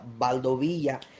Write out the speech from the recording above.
Baldovilla